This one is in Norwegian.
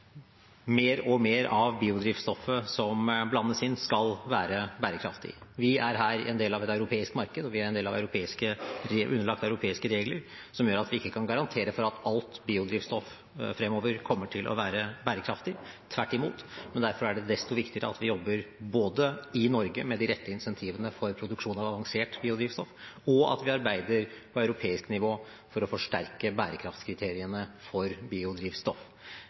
mer og mer av biodrivstoffet som blandes inn, skal være bærekraftig. Vi er her en del av et europeisk marked, og vi er underlagt europeiske regler, noe som gjør at vi ikke kan garantere for at alt biodrivstoff fremover kommer til å være bærekraftig, tvert imot. Derfor er det desto viktigere at vi både jobber i Norge med de rette incentivene for produksjon av avansert biodrivstoff, og at vi arbeider på europeisk nivå for å forsterke bærekraftskriteriene for biodrivstoff.